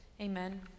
Amen